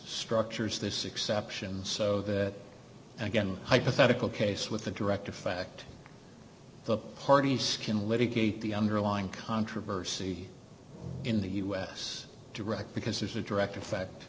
structures this exception so that and again hypothetical case with the direct effect the party skin litigate the underlying controversy in the u s direct because there's a direct effect